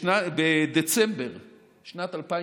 בדצמבר 2017,